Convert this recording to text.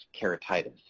keratitis